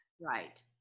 Right